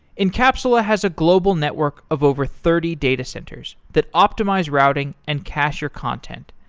encapsula has a global network of over thirty data centers that optimize routing and cacher content.